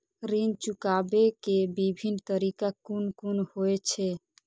ऋण चुकाबे के विभिन्न तरीका कुन कुन होय छे?